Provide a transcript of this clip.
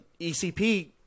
ECP